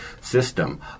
system